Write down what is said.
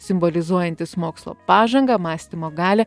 simbolizuojantis mokslo pažangą mąstymo galią